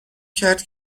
کرد